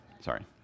sorry